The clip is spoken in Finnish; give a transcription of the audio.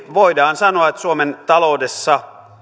voidaan sanoa että suomen taloudessa